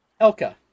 Elka